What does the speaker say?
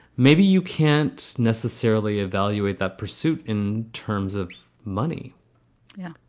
maybe you can't necessarily evaluate that pursuit in terms of money yeah.